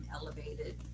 elevated